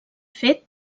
fet